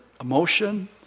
emotion